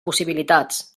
possibilitats